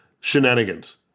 shenanigans